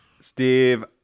Steve